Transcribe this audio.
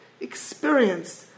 experienced